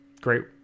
Great